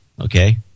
Okay